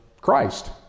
Christ